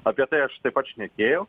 apie tai aš taip pat šnekėjau